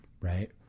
right